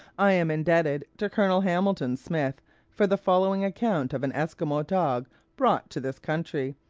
i am indebted to colonel hamilton smith for the following account of an esquimaux dog brought to this country,